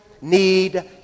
need